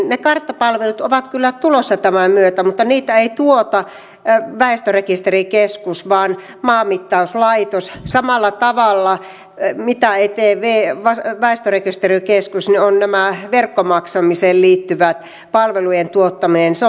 ne karttapalvelut ovat kyllä tulossa tämän myötä mutta niitä ei tuota väestörekisterikeskus vaan maanmittauslaitos samalla tavalla kuin väestörekisterikeskus ei tee verkkomaksamiseen liittyvien palvelujen tuottamista